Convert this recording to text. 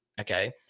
okay